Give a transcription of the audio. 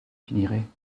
finirait